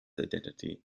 identity